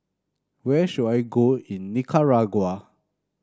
where should I go in Nicaragua